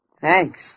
Thanks